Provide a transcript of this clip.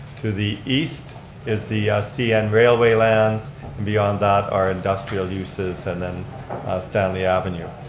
to the east is the cn railway lands, and beyond that are industrial uses, and then stanley avenue.